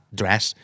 dress